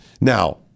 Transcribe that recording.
Now